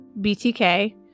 BTK